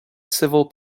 civil